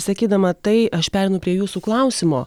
sakydama tai aš pereinu prie jūsų klausimo